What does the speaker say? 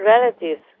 relatives